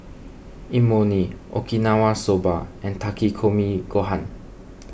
Imoni Okinawa Soba and Takikomi Gohan